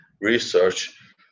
research